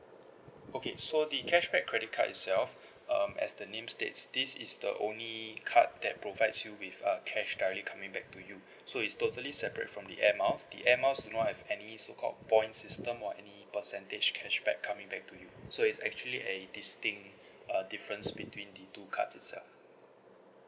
okay so the cashback credit card itself um as the name states this is the only card that provides you with uh cash directly coming back to you so it's totally separate from the air miles the air miles will not have any so called points system or any percentage cashback coming back to you so is actually a distinct uh difference between the two cards itself